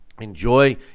Enjoy